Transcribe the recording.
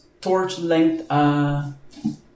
Torch-length